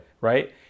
right